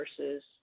versus